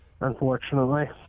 unfortunately